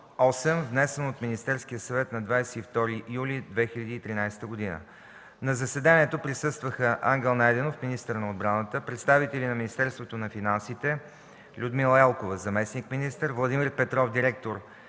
внесен от Министерския съвет на 22 юли 2013 г. На заседанието присъстваха: Ангел Найденов – министър на отбраната, представители от Министерство на финансите Людмила Елкова – зам.-министър, Владимир Петров – директор